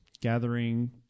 Gathering